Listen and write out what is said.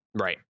Right